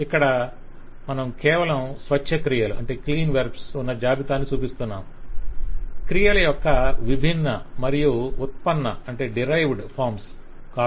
ఇక్కడ మనం కేవలం స్వచ్చ క్రియలు ఉన్న జాబితాను చూపిస్తున్నాం క్రియల యొక్క విభిన్న మరియు ఉత్పన్న రూపాలు కాదు